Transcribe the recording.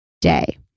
day